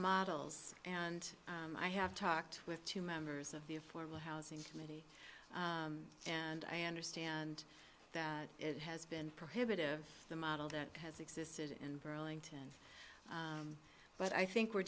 models and i have talked with two members of the affordable housing committee and i understand it has been prohibitive the model that has existed in burlington but i think we're